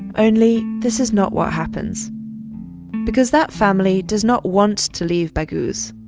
only, this is not what happens because that family does not want to leave baghouz.